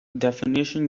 definition